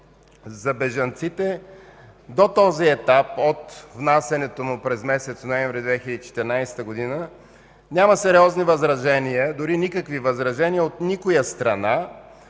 за бежанците. До този етап от внасянето му през месец ноември 2014 г. няма сериозни, дори никакви възражения от никоя страна.